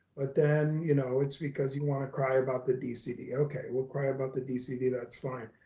but then you know, it's because you wanna cry about the dcd, okay. we'll cry about the dcd, that's fine.